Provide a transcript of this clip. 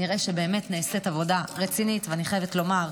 נראה שבאמת נעשית עבודה רצינית, ואני חייבת לומר: